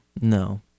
No